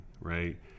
right